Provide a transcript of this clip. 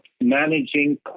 managing